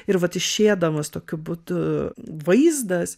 ir vat išėdamas tokiu būdu vaizdas